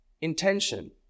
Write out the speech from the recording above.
intention